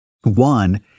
One